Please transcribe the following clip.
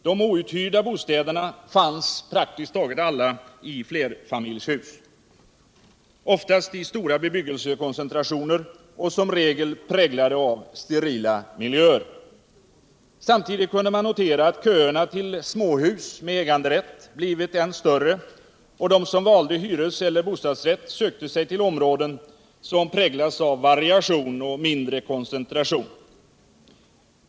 De outhyrda bostäderna fanns praktiskt taget alla i flerfamiljshus, oftast i stora bebyggelsekoncentrationer som i regel var präglade av sterila miljöer. Samtidigt kunde man notera att köerna till småhus med äganderätt blivit än större och att de som valde hyres eller bostadsrätt sökte sig till områden som präglas av variation och mindre koncentration.